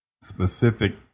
specific